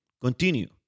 Continue